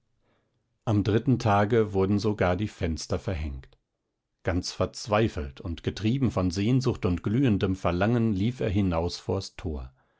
am dritten tage wurden sogar die fenster verhängt ganz verzweifelt und getrieben von sehnsucht und glühendem verlangen lief er hinaus vors tor